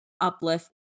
uplift